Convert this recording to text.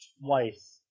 twice